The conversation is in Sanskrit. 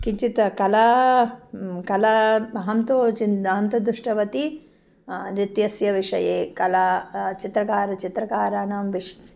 किञ्चित् कला कला अहं तु चिन् अहं तु दुष्टवती नृत्यस्य विषये कला चित्रकारः चित्रकाराणां विषये